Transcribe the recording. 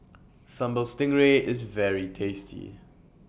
Sambal Stingray IS very tasty